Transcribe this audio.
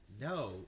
No